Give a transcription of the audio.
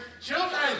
children